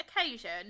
occasion